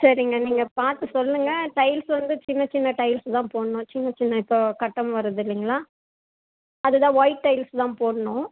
சரிங்க நீங்கள் பார்த்து சொல்லுங்கள் டைல்ஸ் வந்து சின்ன சின்ன டைல்ஸ் தான் போடணும் சின்ன சின்ன இப்போது கட்டம் வருது இல்லைங்களா அது தான் ஒயிட் டைல்ஸ் தான் போடணும்